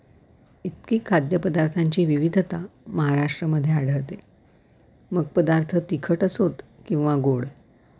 इतकी खाद्यपदार्थांची विविधता महाराष्ट्रमध्ये आढळते मग पदार्थ तिखट असोत किंवा गोड